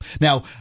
Now